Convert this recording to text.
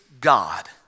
God